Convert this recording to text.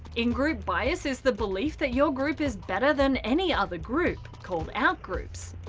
ingroup bias is the belief that your group is better than any other group called outgroups.